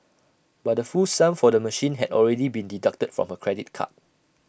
but the full sum for the machine had already been deducted from her credit card